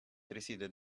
receded